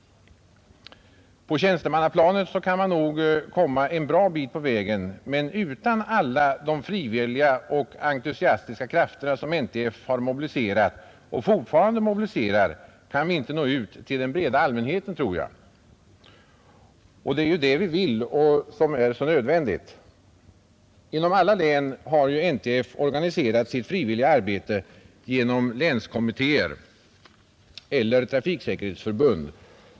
På tjänstemannaplanet kan man nog komma en bra bit på vägen, men utan alla entusiastiska frivilliga krafter som NTF mobiliserat och fortfarande mobiliserar kan vi nog inte nå ut till den breda allmänheten. Det är ju det vi vill, och det är nödvändigt. Inom alla län har NTF organiserat sitt frivilliga arbete genom länskommittéer eller trafiksäkerhetsförbund.